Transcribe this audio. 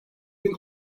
bin